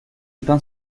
pain